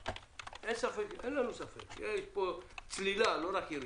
אין לנו ספק שיש פה צלילה, לא רק ירידה.